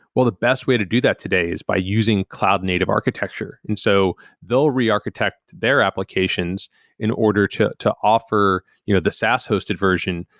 well the best way to do that today is by using cloud native architecture. and so they'll re-architect their applications in order to to offer you know the saas-hosted version,